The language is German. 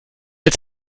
als